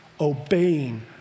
obeying